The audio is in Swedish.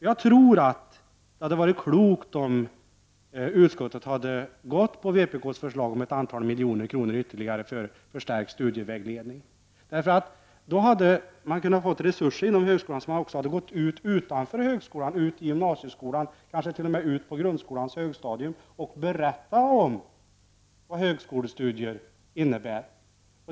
Jag tror att det hade varit klokt om utskottet följt vpk:s förslag om ett antal miljoner kronor ytterligare för en förstärkt studievägledning. Då hade man kunnat få resurser inom högskolan så att man hade kunnat nå utanför högskolan, ut i gymnasieskolan, kanske t.o.m. ut på grundskolans högstadium, och där berätta om vad högskolestudier innebär.